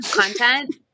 content